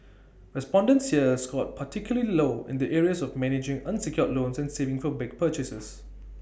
respondents here scored particularly low in the areas of managing unsecured loans and saving for big purchases